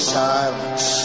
silence